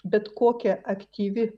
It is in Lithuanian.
bet kokia aktyvi